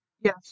Yes